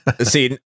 See